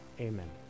Amen